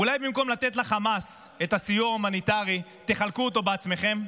אולי במקום לתת לחמאס את הסיוע ההומניטרי תחלקו אותו בעצמכם?